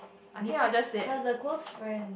differs but it's a close friend